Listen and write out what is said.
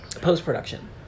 post-production